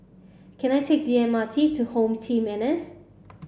can I take the M R T to HomeTeam N S